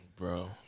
Bro